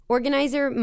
Organizer